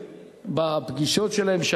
בפגישות שלהם,